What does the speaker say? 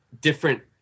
different